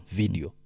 video